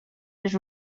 les